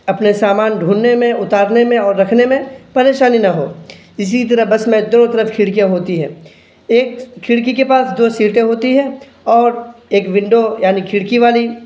اپنے سامان ڈھونڈنے میں اتارنے میں اور رکھنے میں پریشانی نہ ہو اسی طرح بس میں دونوں طرف کھڑکیاں ہوتی ہیں ایک کھڑکی کے پاس دو سیٹیں ہوتی ہے اور ایک ونڈو یعنی کھڑکی والی